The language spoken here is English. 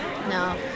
No